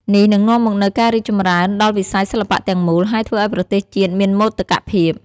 នេះនឹងនាំមកនូវការរីកចម្រើនដល់វិស័យសិល្បៈទាំងមូល ហើយធ្វើឲ្យប្រទេសជាតិមានមោទកភាព។